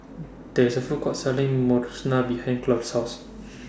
There IS A Food Court Selling Monsunabe behind Claude's House